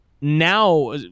now